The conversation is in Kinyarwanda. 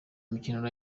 mikino